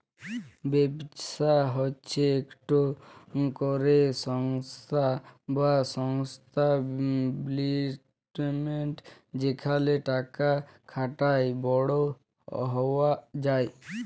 ব্যবসা হছে ইকট ক্যরে সংস্থা বা ইস্টাব্লিশমেল্ট যেখালে টাকা খাটায় বড় হউয়া যায়